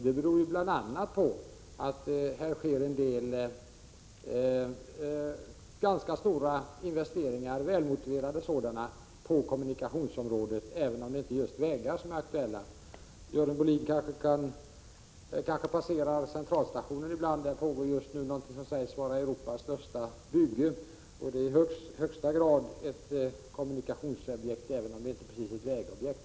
Det beror bl.a. på att det där sker en del ganska stora — och välmotiverade — investeringar på kommunikationsområdet, även om det inte är just vägar som är aktuella. Görel Bohlin kanske passerar Centralstationen ibland. Där pågår just nu någonting som sägs vara Europas största bygge. Det är i högsta grad ett kommunikationsobjekt, även om det inte precis är ett vägbygge.